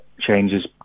changes